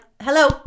hello